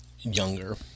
younger